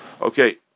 Okay